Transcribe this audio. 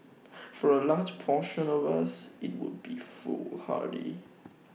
for A large portion of us IT would be foolhardy